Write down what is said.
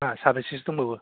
मा साबेसेसो दंबावो